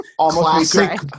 classic